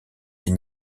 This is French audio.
des